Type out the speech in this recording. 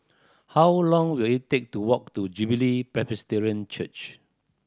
how long will it take to walk to Jubilee Presbyterian Church